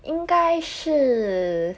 应该是